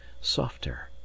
softer